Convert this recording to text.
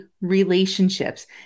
relationships